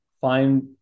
find